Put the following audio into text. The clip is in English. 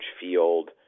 field